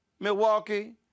Milwaukee